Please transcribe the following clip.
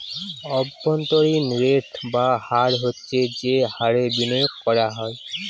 অভ্যন্তরীন রেট বা হার হচ্ছে যে হারে বিনিয়োগ করা হয়